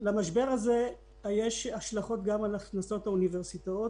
למשבר הזה יש השלכות גם על הכנסות האוניברסיטאות